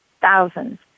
thousands